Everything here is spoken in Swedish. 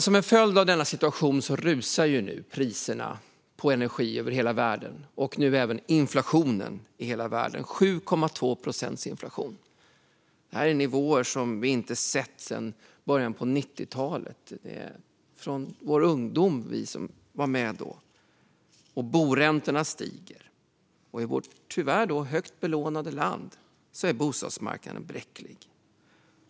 Som en följd av denna situation rusar priserna på energi i hela världen, och inflationen är nu 7,2 procent. Det är nivåer som vi inte har sett sedan början av 90-talet, sedan vår ungdom, vi som var med då. Boräntorna stiger också, och i vårt tyvärr högt belånade land är bostadsmarknaden bräcklig.